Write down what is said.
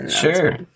Sure